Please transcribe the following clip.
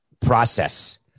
process